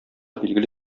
билгеле